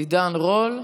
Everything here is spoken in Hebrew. עידן רול.